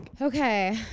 Okay